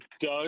doug